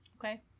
Okay